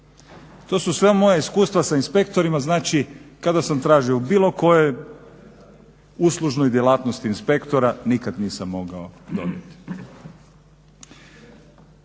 To su sve moja iskustva sa inspektorima, znači kada sam tražio u bilo kojoj uslužnoj djelatnosti inspektora nikad nisam mogao dobiti.